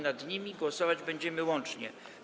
Nad nimi głosować będziemy łącznie.